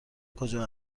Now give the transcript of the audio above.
کجا